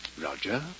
Roger